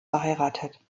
verheiratet